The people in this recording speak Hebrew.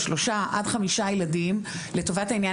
שלושה עד חמישה ילדים לטובת העניין,